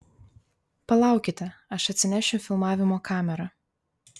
palaukite aš atsinešiu filmavimo kamerą